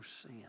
sin